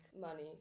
money